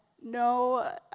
no